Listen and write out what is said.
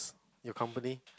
your company